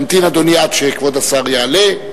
ימתין אדוני עד שכבוד השר יעלה.